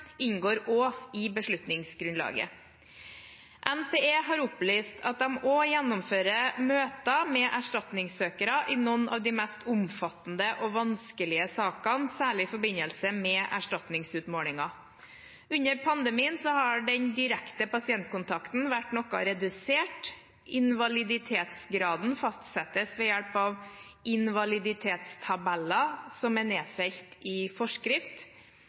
inngår også i beslutningsgrunnlaget. NPE har opplyst at de også gjennomfører møter med erstatningssøkere i noen av de mest omfattende og vanskelige sakene, særlig i forbindelse med erstatningsutmålingen. Under pandemien har den direkte pasientkontakten vært noe redusert. Invaliditetsgraden fastsettes ved hjelp av invaliditetstabeller, som er nedfelt i forskrift.